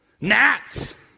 Gnats